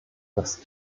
das